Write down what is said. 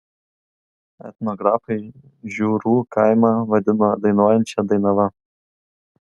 etnografai žiūrų kaimą vadina dainuojančia dainava